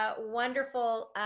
wonderful